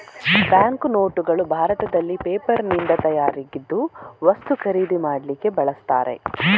bank ನೋಟುಗಳು ಭಾರತದಲ್ಲಿ ಪೇಪರಿನಿಂದ ತಯಾರಾಗಿದ್ದು ವಸ್ತು ಖರೀದಿ ಮಾಡ್ಲಿಕ್ಕೆ ಬಳಸ್ತಾರೆ